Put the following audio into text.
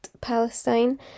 Palestine